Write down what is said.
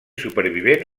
supervivent